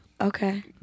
Okay